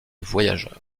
voyageurs